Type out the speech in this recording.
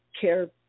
care